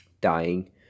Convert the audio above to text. dying